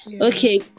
Okay